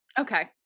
Okay